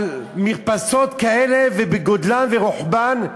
על מרפסות כאלה בגודלן וברוחבן.